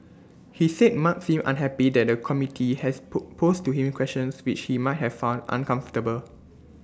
he said mark seemed unhappy that the committee has pull posed to him questions which he might have found uncomfortable